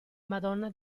madonna